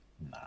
No